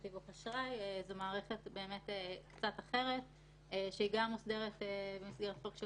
זו בעיה שלו אם הוא לא נרשם ולא קיבל את